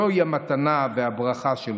זוהי המתנה והברכה שלו.